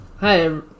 Hi